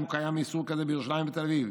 אם קיים איסור כזה בירושלים ובתל אביב,